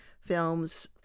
films